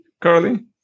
Carly